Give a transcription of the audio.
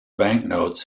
banknotes